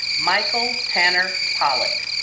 michael tanner pollock